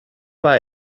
war